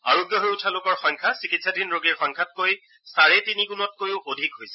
আৰোগ্য হৈ উঠা লোকৰ সংখ্যা চিকিৎসাধীন ৰোগীৰ সংখ্যাতকৈ চাৰে তিনি গুণতকৈও অধিক হৈছে